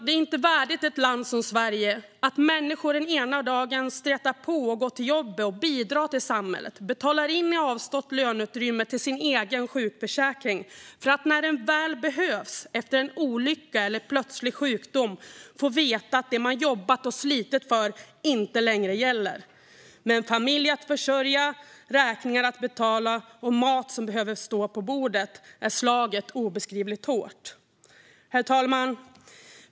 Det är inte värdigt ett land som Sverige att människor stretar på, går till jobbet, bidrar till samhället och genom avstått löneutrymme betalar in till sin egen sjukförsäkring bara för att när den väl behövs - efter en olycka eller plötslig sjukdom - få veta att det som de jobbat och slitit för inte längre gäller. Med en familj att försörja, räkningar att betala och mat som behöver stå på bordet är slaget obeskrivligt hårt. Herr talman!